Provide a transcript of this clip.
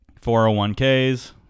401Ks